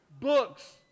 books